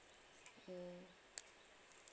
mm